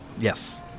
yes